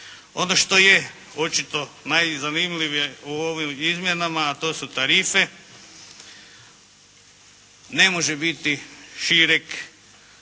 Ono što je očito najzanimljivije u ovim izmjenama a to su tarife ne može biti šireg